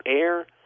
air